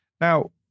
Now